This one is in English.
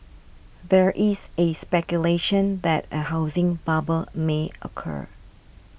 there is A speculation that a housing bubble may occur